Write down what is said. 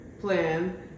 plan